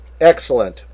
Excellent